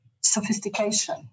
sophistication